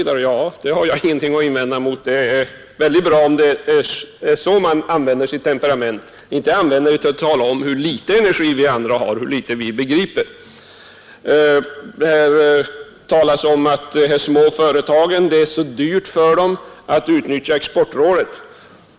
Det har jag ingenting att invända emot. Det är mycket bra, om det är så han använder sitt temperament och inte till att tala om hur liten energi vi andra har och hur litet vi begriper. Det talas om att det är så dyrt för de små företagen att utnyttja exportrådet.